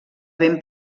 ben